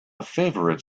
favorite